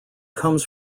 comes